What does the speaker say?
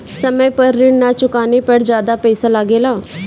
समय पर ऋण ना चुकाने पर ज्यादा पईसा लगेला?